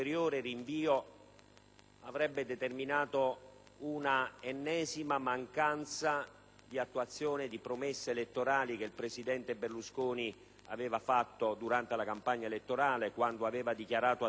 avrebbe determinato una ennesima mancanza di attuazione delle promesse elettorali che il presidente Berlusconi aveva fatto durante la campagna elettorale, nel corso della quale aveva dichiarato a tutti gli italiani